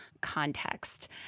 context